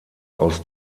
aus